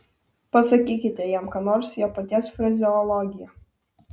pasakykite jam ką nors jo paties frazeologija